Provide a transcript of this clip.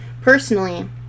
personally